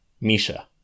Misha